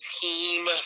team